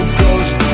ghost